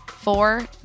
Four